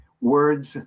words